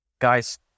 guys